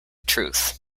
truth